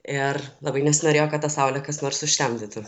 ir labai nesinorėjo kad tą saulę kas nors užtemdytų